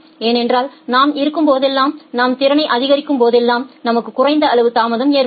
ஏனென்றால் நாம் இருக்கும் போதெல்லாம் நாம் திறனை அதிகரிக்கும் போதெல்லாம் நமக்கு குறைந்த அளவு தாமதம் ஏற்படும்